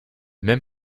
même